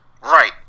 Right